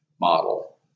model